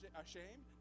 ashamed